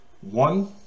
One